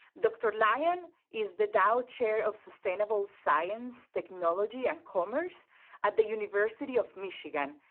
dr. lyon is the dow chair of sustainable science, technology and commerce at the university of michigan,